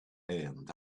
and